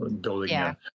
building